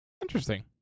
Interesting